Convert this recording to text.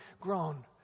grown